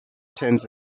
turns